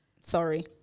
Sorry